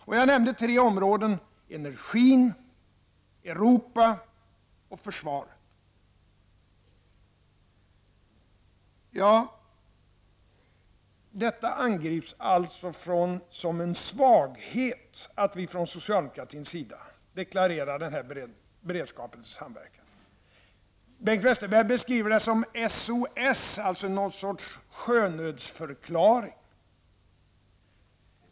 Och jag nämnde tre områden: energin, Europa och försvaret. Detta angrips alltså som en svaghet -- att vi från socialdemokratins sida deklarerar denna beredskap till samverkan. Bengt Westerberg beskriver det som SOS, alltså någon sorts sjönödsförklaring.